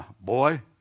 boy